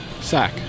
sack